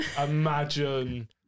Imagine